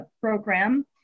program